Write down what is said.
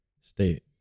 state